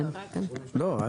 לא,